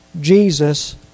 Jesus